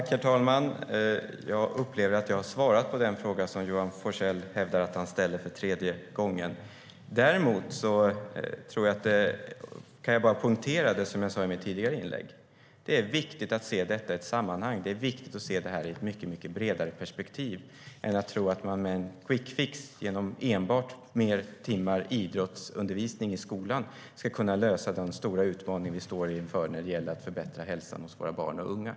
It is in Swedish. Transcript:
Herr talman! Jag upplever att jag har svarat på den fråga Johan Forssell ställer för tredje gången. Däremot kan jag poängtera det jag sa i mitt tidigare inlägg, nämligen att det är viktigt att se detta i ett sammanhang och i ett mycket bredare perspektiv än att tro att man med en quickfix i form av enbart fler timmar idrottsundervisning i skolan ska kunna lösa den stora utmaning vi står inför när det gäller att förbättra hälsan hos våra barn och unga.